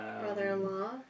Brother-in-law